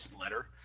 letter